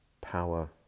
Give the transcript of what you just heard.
power